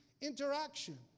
interaction